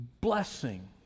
blessing